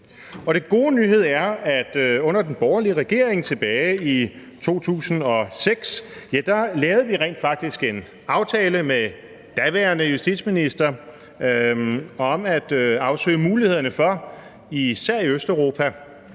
den gode nyhed er, at under den borgerlige regering tilbage i 2006 lavede vi rent faktisk en aftale med den daværende justitsminister om at afsøge mulighederne for, især i Østeuropa,